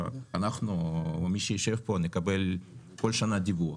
אנחנו או מי שישב פה, נקבל כל שנה דיווח